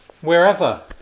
wherever